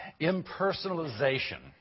impersonalization